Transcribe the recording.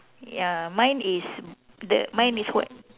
ya mine is the mine is what